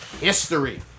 history